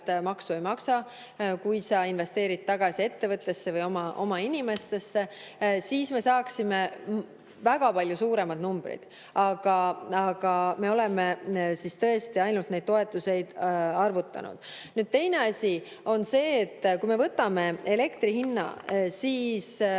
maksu ei maksa, kui sa investeerid tagasi ettevõttesse või oma inimestesse. Me saaksime väga palju suuremaid numbreid, aga me oleme tõesti ainult neid toetusi arvutanud. Teine asi on see, et kui me võtame elektri hinna